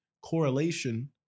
Correlation